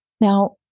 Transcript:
Now